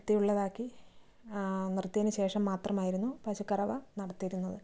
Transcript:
വൃത്തിയുള്ളതാക്കി നിർത്തിയതിന് ശേഷം മാത്രമായിരുന്നു പശുക്കറവ നടത്തിയിരുന്നത്